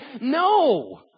No